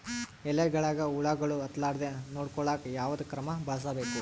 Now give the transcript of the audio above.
ಎಲೆಗಳಿಗ ಹುಳಾಗಳು ಹತಲಾರದೆ ನೊಡಕೊಳುಕ ಯಾವದ ಕ್ರಮ ಬಳಸಬೇಕು?